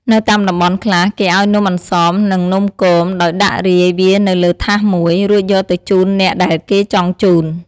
នៅតាមតំបន់ខ្លះ គេឱ្យនំអន្សម និងនំគមដោយដាក់រាយវានៅលើថាសមួយ រួចយកទៅជូនអ្នកដែលគេចង់ជូន។